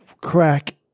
crack